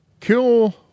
Kill